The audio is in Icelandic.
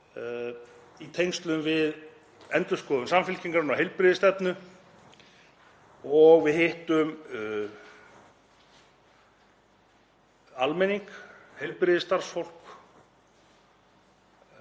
í tengslum við endurskoðun Samfylkingarinnar á heilbrigðisstefnu og við hittum almenning, heilbrigðisstarfsfólk